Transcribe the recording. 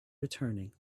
returning